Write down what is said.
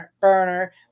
burner